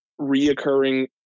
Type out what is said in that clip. reoccurring